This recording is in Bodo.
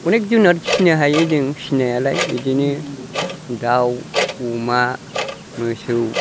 अनेख जुनाद फिनो हायो जों फिनायालाय बिदिनो दाउ अमा मोसौ